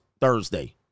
Thursday